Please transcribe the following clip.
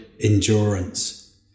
endurance